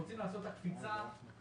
כמו שאמרתי,